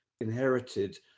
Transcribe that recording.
inherited